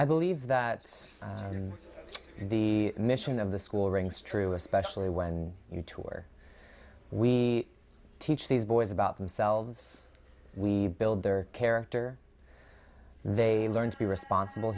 i believe that the mission of the school rings true especially when you tour we teach these boys about themselves we build their character they learn to be responsible